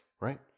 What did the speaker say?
right